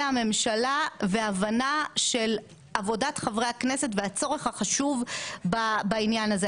הממשלה והבנה של עבודת חברי הכנסת והצורך החשוב בעניין הזה.